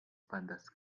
panthers